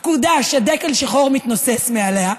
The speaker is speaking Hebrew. פקודה שדגל שחור מתנוסס מעליה,